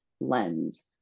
lens